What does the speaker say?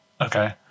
okay